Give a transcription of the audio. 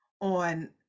on